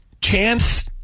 Chance